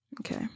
Okay